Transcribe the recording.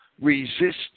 resist